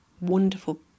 Wonderful